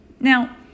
Now